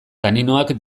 taninoak